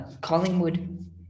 Collingwood